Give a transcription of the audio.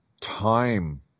time